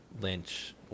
lynch